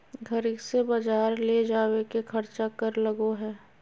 घर से बजार ले जावे के खर्चा कर लगो है?